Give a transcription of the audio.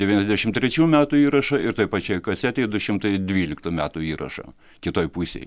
devyniasdešimt trečių metų įrašą ir toj pačioj kasetėj du šimtai dvyliktų metų įrašą kitoj pusėj